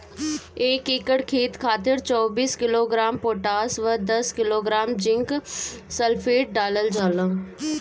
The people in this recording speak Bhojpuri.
एक एकड़ खेत खातिर चौबीस किलोग्राम पोटाश व दस किलोग्राम जिंक सल्फेट डालल जाला?